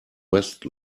west